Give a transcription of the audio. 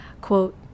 quote